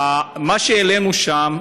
העלינו שם,